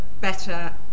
better